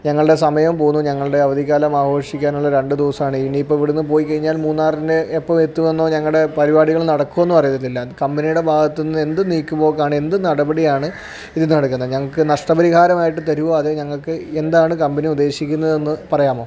ഞങ്ങളുടെ സമയം പോവുന്നു ഞങ്ങളുടെ അവധിക്കാലം ആഘോഷിക്കാനുള്ള രണ്ട് ദിവസമാണ് ഇനിയിപ്പോള് ഇവിടെനിന്ന് പോയിക്കഴിഞ്ഞാൽ മൂന്നാറിന് എപ്പോള് എത്തുമെന്നോ ഞങ്ങളുടെ പരിപാടികൾ നടക്കുമെന്നോ അറിയത്തില്ല കമ്പനിയുടെ ഭാഗത്തുനിന്ന് എന്ത് നീക്കുപോക്കാണ് എന്ത് നടപടിയാണ് ഇത് നടക്കുന്നെ ഞങ്ങള്ക്ക് നഷ്ടപരിഹാരമായിട്ട് തരുമോ അതോ ഞങ്ങള്ക്ക് എന്താണ് കമ്പനി ഉദ്ദേശിക്കുന്നതെന്ന് പറയാമോ